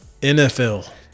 NFL